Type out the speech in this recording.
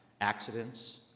accidents